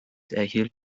erhielt